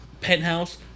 penthouse